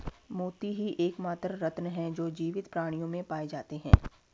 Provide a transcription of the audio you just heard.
मोती ही एकमात्र रत्न है जो जीवित प्राणियों में पाए जाते है